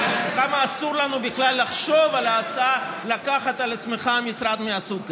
וכמה אסור לנו בכלל לחשוב על ההצעה לקחת על עצמנו משרד מהסוג הזה.